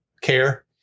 care